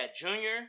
Junior